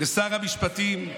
לשר המשפטים,